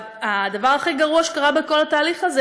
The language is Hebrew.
הדבר הכי גרוע שקרה בכל התהליך הזה,